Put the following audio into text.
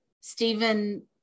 Stephen